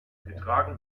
getragen